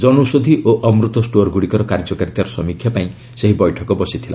ଜନୌଷଧି ଓ ଅମୃତ ଷ୍ଟୋରଗୁଡ଼ିକର କାର୍ଯ୍ୟକାରିତାର ସମୀକ୍ଷା ପାଇଁ ସେହି ବୈଠକ ବସିଥିଲା